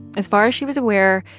as far as she was aware,